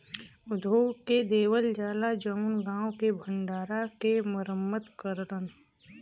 उद्योग के देवल जाला जउन गांव के भण्डारा के मरम्मत करलन